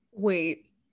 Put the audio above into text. wait